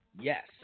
Yes